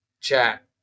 chat